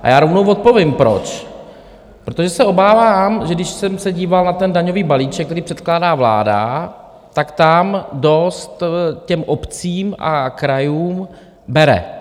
A já rovnou odpovím, proč: protože se obávám, že když jsem se díval na ten daňový balíček, který předkládá vláda, tak tam dost obcím a krajům bere.